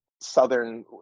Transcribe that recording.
southern